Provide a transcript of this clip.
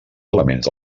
elements